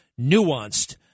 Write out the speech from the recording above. nuanced